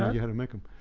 you had to make them.